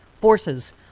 forces